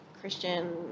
Christian